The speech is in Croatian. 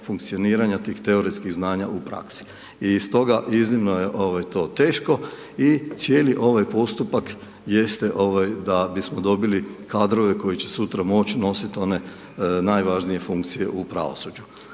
funkcioniranje tih teorijskih znanja u praski. I stoga iznimno je to teško i cijeli ovaj postupak jeste da bismo dobili kadrove koji će sutra moći nositi one najvažnije funkcije u pravosuđu.